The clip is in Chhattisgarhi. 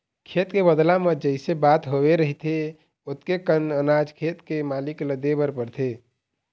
खेत के बदला म जइसे बात होवे रहिथे ओतके कन अनाज खेत के मालिक ल देबर परथे